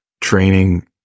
training